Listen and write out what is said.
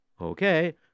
Okay